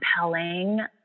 compelling